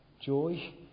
joy